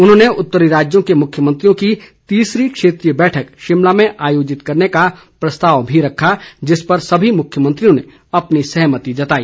उन्होंने उत्तरी राज्यों के मुख्यमंत्रियों की तीसरी क्षेत्रीय बैठक शिमला में आयोजित करने का प्रस्ताव भी रखा जिस पर सभी मुख्यमंत्रियों ने अपनी सहमति जताई